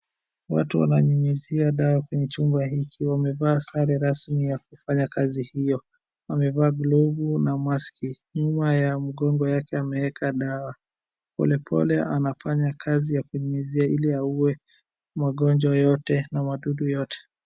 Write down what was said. Watu wananyunyizia dawa kwenye chumba hiki. Wamevaa sarerasmi ya kufanya kazi hiyo. Wamevaa glovu na maski. Nyuma ya mgongo yake ameweka dawa. Pole pole anafanya kazi ya kunyunyizia ili aue magonjwa yote na madudu yote.